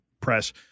press